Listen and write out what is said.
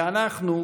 ואנחנו,